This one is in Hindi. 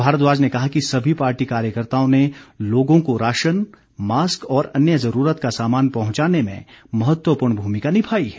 भारद्वाज ने कहा सभी पार्टी कार्यकर्ताओं ने लोगों को राशन मास्क और अन्य जरूरत का सामान पहुंचाने में महत्वपूर्ण भूमिका निभाई है